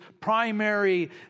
primary